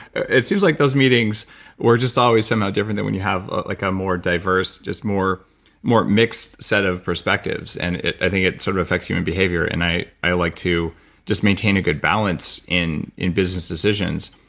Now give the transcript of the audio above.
it seems like those meetings were just always somehow different than when you have a like ah more diverse, just more more mixed set of perspectives. and i think it sort of affects human behavior. and i i like to just maintain a good balance in in business decisions.